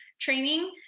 training